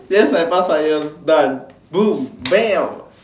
that's my past five years done boom bam